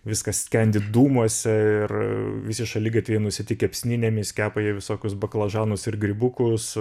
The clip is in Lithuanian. viskas skendi dūmuose ir visi šaligatviai nusėti kepsninėmis kepa jie visokius baklažanus ir grybukus